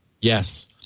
Yes